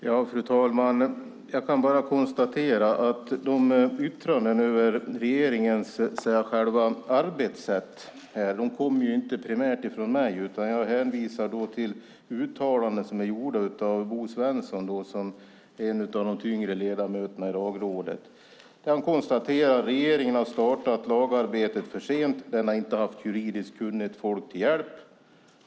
Fru talman! Jag kan bara konstatera att yttrandena om regeringens själva arbetssätt inte primärt kommer ifrån mig, utan jag hänvisar till uttalanden som är gjorda av Bo Svensson som är en av de tyngre ledamöterna i Lagrådet. Han konstaterar att regeringen har startat lagarbetet för sent, och man har inte haft juridiskt kunnigt folk till hjälp.